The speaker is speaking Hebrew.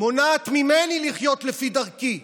מונעות ממני לחיות לפי דרכי.